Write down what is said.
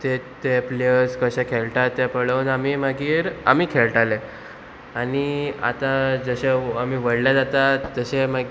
ते ते प्लेयर्स कशे खेळटात तें पळोवन आमी मागीर आमी खेळटाले आनी आतां जशे आमी व्हडले जातात तशे मागी